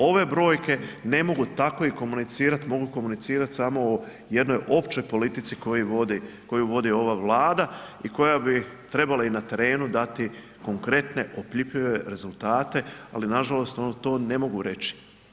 Ove brojke ne mogu tako i komunicirati, mogu komunicirati samo o jednoj općoj politici koju vodi ova Vlada i koja bi trebala i na terenu dati konkretne, opipljive rezultate ali nažalost to ne mogu reći.